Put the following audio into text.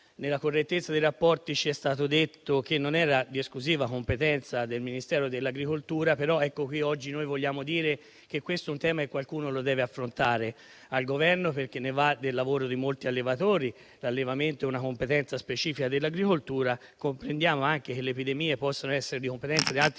Nella correttezza dei rapporti ci è stato detto che non era di esclusiva competenza del Ministero dell'agricoltura, però oggi vogliamo dire che questo è un tema che qualcuno deve affrontare al Governo, perché ne va del lavoro di molti allevatori. L'allevamento è una competenza specifica dell'agricoltura. Comprendiamo anche che le epidemie possono essere di competenza di altri Ministeri,